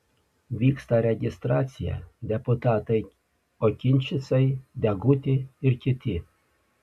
vyksta registracija deputatai okinčicai deguti ir kiti